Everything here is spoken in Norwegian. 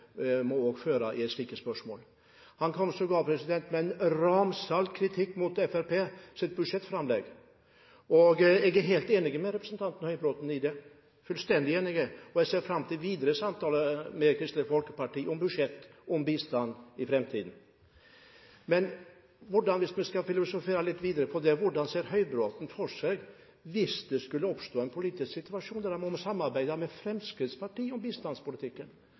må føre i slike spørsmål. Han kom sågar med en ramsalt kritikk av Fremskrittspartiets budsjettframlegg. Jeg er helt enig med representanten Høybråten i det – fullstendig enig. Jeg ser fram til videre samtaler med Kristelig Folkeparti om budsjett for bistand i framtiden. Hvis man skal filosofere litt videre på dette: Hvordan ser Høybråten det for seg, hvis det skulle oppstå en politisk situasjon der de må samarbeide med Fremskrittspartiet om bistandspolitikken?